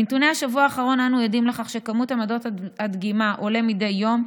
מנתוני השבוע האחרון אנו עדים לכך שכמות עמדות הדגימה עולה מדי יום,